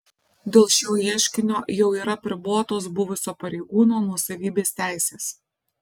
dėl šio ieškinio jau yra apribotos buvusio pareigūno nuosavybės teisės